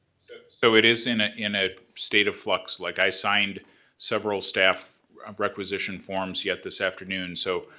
so so it is in ah in a state of flux, like i signed several staff requisition forms yet this afternoon, so,